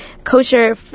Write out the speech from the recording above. Kosher